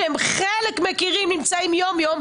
שחלק הם מכירים ונמצאים יום יום,